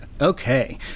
Okay